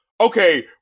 okay